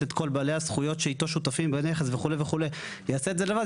את כל בעלי הזכויות שאיתו שותפים בנכס וכו' וכו' והוא יעשה את זה לבד,